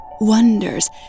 wonders